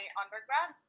undergrad